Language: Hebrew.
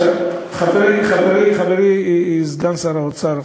חברי סגן שר האוצר,